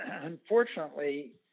unfortunately